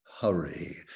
hurry